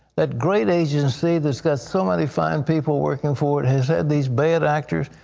that great agency, that has so many fine people working for it, has had these bad actors,